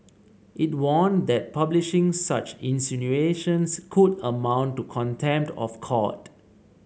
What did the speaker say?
it warned that publishing such insinuations could amount to contempt of court